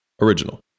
Original